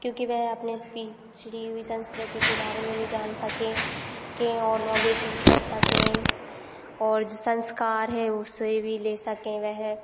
क्यूँकि वह अपनी पिछड़ी हुई संस्कृति के बारे में भी जान सकें कि और नॉलेज कर सकें और जो संस्कार हैं उसे भी ले सकें वह